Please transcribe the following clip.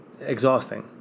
Exhausting